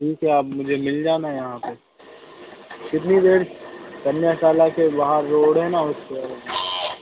ठीक है आप मुझे मिल जाना यहाँ पर कितनी देर कन्याशाला के वहाँ रोड है ना उस पर आ जाना